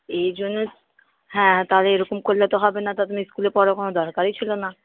এই জন্য হ্যাঁ তাহলে এরকম করলে তো হবে না তা তুমি স্কুলে পড়ার কোনো দরকারই ছিলো না